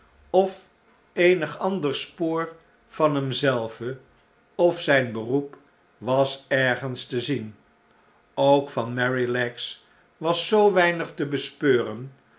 of eenig ander spoor van hem zelven of zijn beroep was ergens te zien ook van merrylegs was zoo weinig te bespeuren